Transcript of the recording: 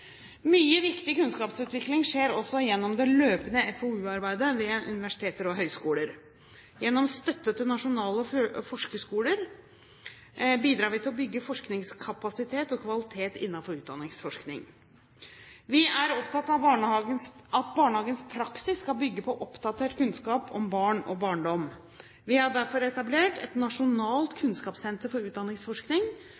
Mye viktig kunnskapsutvikling skjer også gjennom det løpende FoU-arbeidet ved universiteter og høgskoler. Gjennom støtte til nasjonale forskerskoler bidrar vi til å bygge forskningskapasitet og kvalitet innenfor utdanningsforskningen. Vi er opptatt av at barnehagenes praksis skal bygge på oppdatert kunnskap om barn og barndom. Vi har derfor etablert et nasjonalt